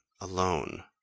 alone